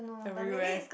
everywhere